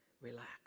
Relax